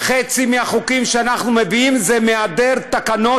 חצי מהחוקים שאנחנו מביאים זה מהיעדר תקנות,